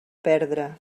perdre